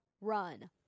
run